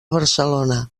barcelona